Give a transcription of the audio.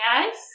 Yes